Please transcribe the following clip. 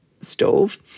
stove